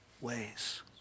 ways